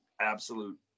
absolute